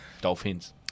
Dolphins